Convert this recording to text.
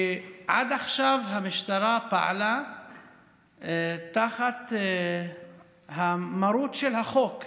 עד עכשיו המשטרה פעלה תחת המרות של החוק.